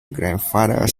grandfather